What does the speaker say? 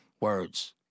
words